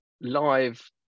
live